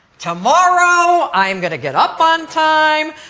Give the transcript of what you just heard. tomorrow i am going to get up on time,